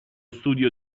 studio